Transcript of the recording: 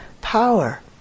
power